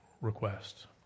request